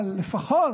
אבל לפחות,